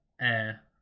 air